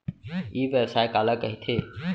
ई व्यवसाय काला कहिथे?